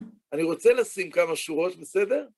אני רוצה לשים כמה שורות, בסדר?